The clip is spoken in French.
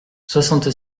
soixante